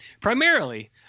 Primarily